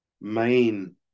main